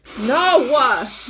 No